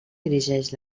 dirigeix